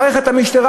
מערכת המשטרה,